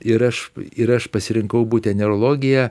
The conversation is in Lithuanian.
ir aš ir aš pasirinkau būtent neurologiją